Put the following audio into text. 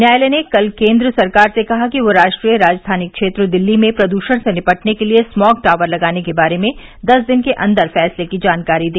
न्यायालय ने कल केन्द्र सरकार से कहा कि वह राष्ट्रीय राजधानी क्षेत्र दिल्ली में प्रदूषण से निपटने के लिए स्मॉग टावर लगाने के बारे में दस दिन के अन्दर फैसले की जानकारी दे